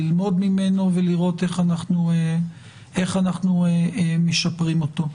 ללמוד ממנו ולראות איך אנחנו משפרים אותו.